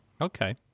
Okay